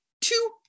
Two